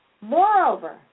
Moreover